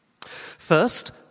First